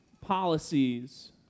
policies